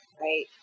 right